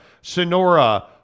Sonora